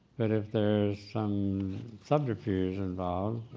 but if there's some subterfuge involved,